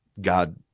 God